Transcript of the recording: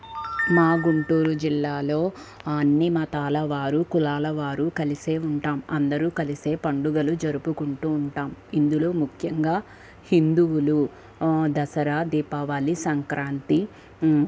మా గుంటూరు జిల్లాలో అన్నీ మతాల వారు కులాల వారు కలిసే ఉంటాం అందరూ కలిసే పండుగలు జరుపుకుంటూ ఉంటాం ఇందులో ముఖ్యంగా హిందువులు దసరా దీపావళి సంక్రాంతి